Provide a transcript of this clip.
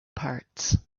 parts